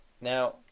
Now